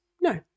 no